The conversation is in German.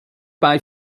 bei